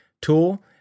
tool